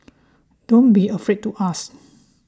don't be afraid to ask